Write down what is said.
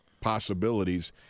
possibilities